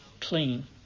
clean